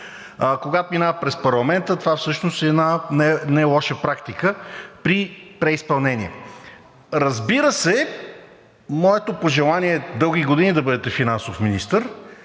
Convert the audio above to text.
Когато минават през парламента, това всъщност е една нелоша практика при преизпълнение. Разбира се, моето пожелание е дълги години да бъдете финансов министър